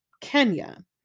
Kenya